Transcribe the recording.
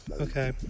okay